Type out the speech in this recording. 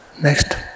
next